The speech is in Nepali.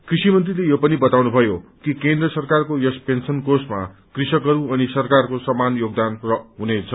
कृषि मन्त्रीले यो पनि बताउनु भयो कि केन्द्र सरकारको यस पेन्शन कोषमा कृषकहरू अनि सरकारको समान योगदान हुनेछ